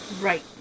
Right